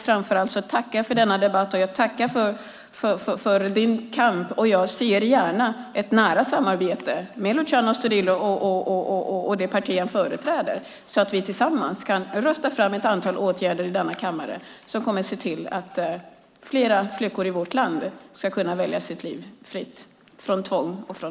Framför allt vill jag tacka för denna debatt och för din kamp. Jag ser gärna ett nära samarbete med Luciano Astudillo och det parti han företräder, så att vi tillsammans kan rösta fram ett antal åtgärder i denna kammare som gör att flera flickor i vårt land ska kunna välja sitt liv, fritt från tvång och hot.